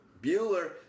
Bueller